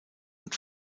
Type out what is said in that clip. und